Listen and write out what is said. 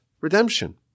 redemption